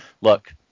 Look